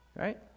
right